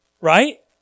Right